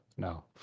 No